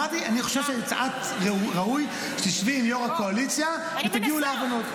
אמרתי שאני חושב שראוי שתשבי עם יו"ר הקואליציה ותגיעו להבנות.